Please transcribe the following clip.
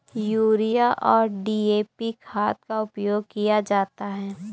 urea और DAP खाद का प्रयोग किया जाता है